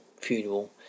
funeral